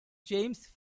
james